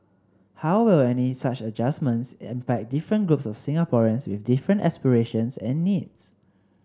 how will any such adjustments impact different groups of Singaporeans with different aspirations and needs